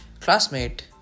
Classmate